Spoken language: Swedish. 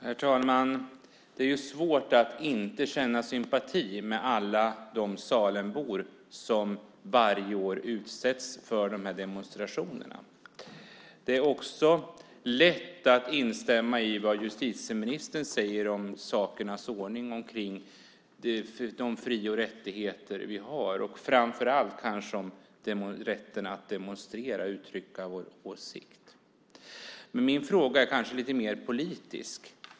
Herr talman! Det är ju svårt att inte känna sympati för alla de Salembor som varje år utsätts för de här demonstrationerna. Det är också lätt att instämma i vad justitieministern säger om sakernas ordning, om de fri och rättigheter vi har och framför allt kanske rätten att demonstrera, att uttrycka vår åsikt. Min fråga är kanske mer politisk.